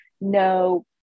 no